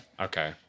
Okay